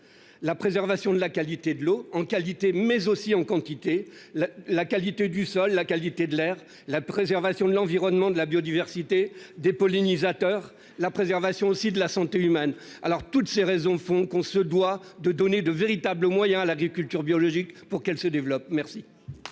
la préservation de la qualité de l'eau en qualité, mais aussi en quantité la la qualité du sol, la qualité de l'air, la préservation de l'environnement de la biodiversité des pollinisateurs la préservation aussi de la santé humaine. Alors toutes ces raisons font qu'on se doit de donner de véritables moyens à l'agriculture biologique pour qu'elle se développe. Merci.